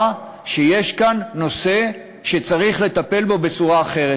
שיש כאן נושא שצריך לטפל בו בצורה אחרת.